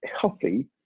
healthy